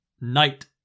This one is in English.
Night